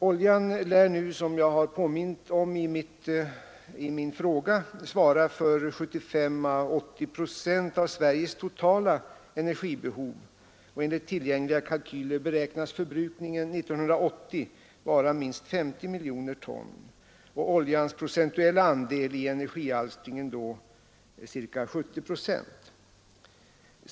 Oljan lär nu, som jag påmint om i min fråga, svara för 75 å 80 procent av Sveriges totala energibehov. Enligt tillgängliga kalkyler beräknas förbrukningen 1980 vara minst 50 miljoner ton. Oljans procentuella andel i industrialstringen beräknas då vara ca 70 procent.